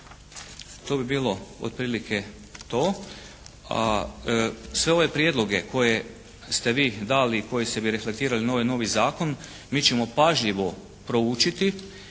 To bi bilo otprilike to. A sve ove prijedloge koje ste vi dali i koji bi se reflektirali na ovaj novi zakon mi ćemo pažljivo proučiti